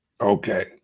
Okay